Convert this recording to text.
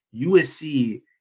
USC